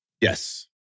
Yes